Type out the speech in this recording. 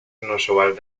inusual